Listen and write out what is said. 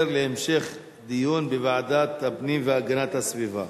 הנושא עובר להמשך דיון בוועדת הפנים והגנת הסביבה.